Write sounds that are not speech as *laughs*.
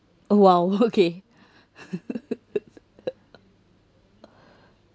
oh !wow! okay *laughs*